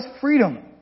freedom